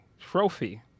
trophy